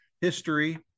history